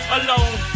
alone